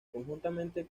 conjuntamente